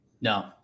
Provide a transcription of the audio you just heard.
No